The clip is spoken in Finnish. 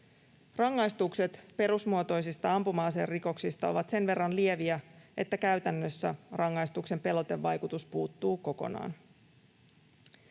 Rangaistukset perusmuotoisista ampuma-aserikoksista ovat sen verran lieviä, että käytännössä rangaistuksen pelotevaikutus puuttuu kokonaan.